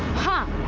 and